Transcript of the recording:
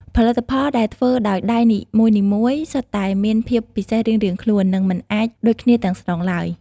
ផលិតផលដែលធ្វើដោយដៃនីមួយៗសុទ្ធតែមានភាពពិសេសរៀងៗខ្លួន និងមិនអាចដូចគ្នាទាំងស្រុងឡើយ។